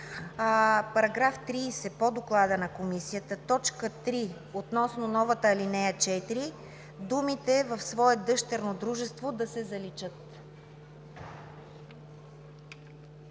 Параграф 30 по доклада на Комисията, в т. 3 относно новата ал. 4 думите „в свое дъщерно дружество“ да се заличат.